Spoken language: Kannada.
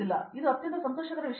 ಆದ್ದರಿಂದ ಇದು ಅತ್ಯಂತ ಸಂತೋಷಕರ ವಿಷಯ